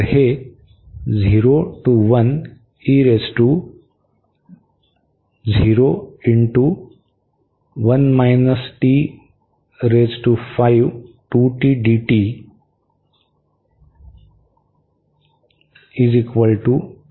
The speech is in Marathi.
तर हे होईल